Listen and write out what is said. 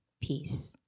peace